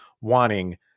wanting